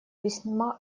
весьма